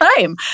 time